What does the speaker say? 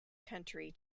country